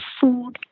food